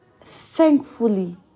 thankfully